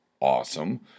awesome